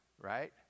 right